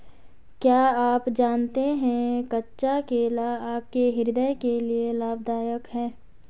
क्या आप जानते है कच्चा केला आपके हृदय के लिए लाभदायक है?